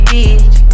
Beach